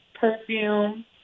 perfume